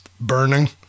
burning